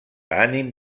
ànim